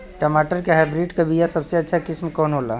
टमाटर के हाइब्रिड क बीया सबसे अच्छा किस्म कवन होला?